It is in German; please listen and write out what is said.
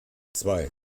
zwei